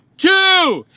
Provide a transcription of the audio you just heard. two.